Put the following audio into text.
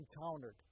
encountered